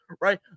right